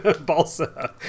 Balsa